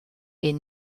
est